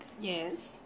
Yes